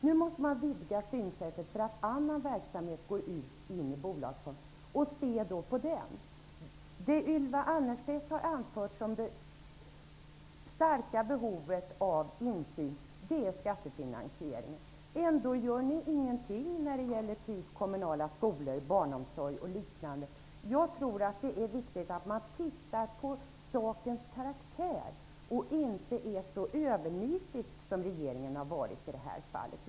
Nu måste man vidga synsättet därför att annan verksamhet skall ingå. Det Ylva Annerstedt har anfört som motiv för det starka behovet av insyn är skattefinansiering. Ändå gör ni ingenting när det gäller kommunala skolor, barnomsorg och liknande. Jag tror att det är viktigt att man ser på sakens karaktär och inte är så övernitisk som regeringen har varit i det här fallet.